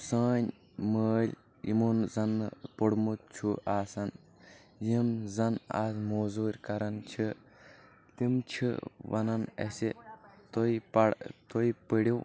سٲنۍ مٲلۍ یِمو نہٕ زَن نہٕ پوٚرمُت چھُ آسان یِم زَن آز موزورۍ کران چھِ تِم چھِ ونان اسہِ تُہۍ پڑ تُہۍ پٔرِو